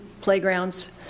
playgrounds